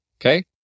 okay